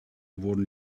wurden